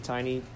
Tiny